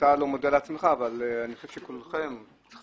אתה לא מודה לעצמך אבל אני חושב שכולכם צריכים